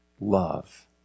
love